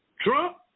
Trump